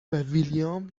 ویلیام